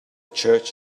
church